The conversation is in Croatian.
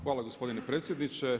Hvala gospodine predsjedniče.